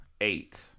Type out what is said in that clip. eight